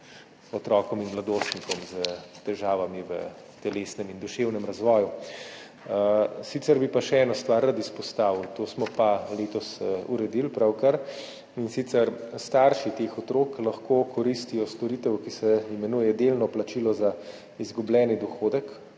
otrokom in mladostnikom s težavami v telesnem in duševnem razvoju. Sicer bi pa še eno stvar rad izpostavil, to smo pa letos uredili pravkar, in sicer starši teh otrok lahko koristijo storitev, ki se imenuje delno plačilo za izgubljeni dohodek